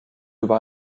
über